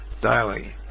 daily